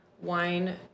wine